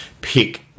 pick